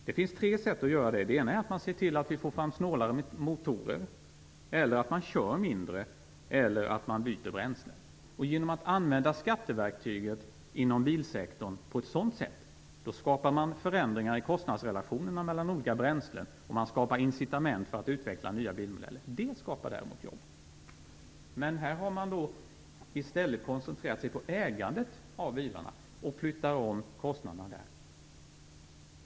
Det finns tre sätt att göra det: att se till att vi får fram snålare motorer, att se till att man kör mindre och att se till att man byter bränslet. Genom att använda skatteverktyget inom bilsektorn på ett sådant sätt skapar man förändringar i kostnadsrelationerna mellan olika bränslen, och man skapar incitament för att utveckla nya bilmodeller. Det skapar däremot jobb! Här har man i stället koncentrerat sig på ägandet av bilarna och flyttar om kostnaderna där.